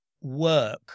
work